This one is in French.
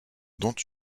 dont